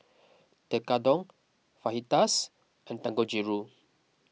Tekkadon Fajitas and Dangojiru